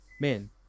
man